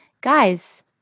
Guys